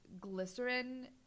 glycerin